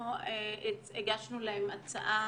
אנחנו הגשנו להם הצעה